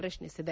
ಪ್ರಶ್ನಿಸಿದೆ